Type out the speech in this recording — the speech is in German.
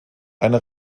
eine